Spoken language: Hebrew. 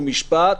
חוק ומשפט,